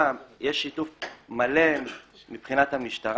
לעיתים המחלוקות יותר קשות.